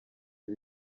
ibi